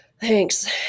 thanks